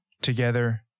Together